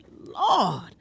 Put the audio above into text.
Lord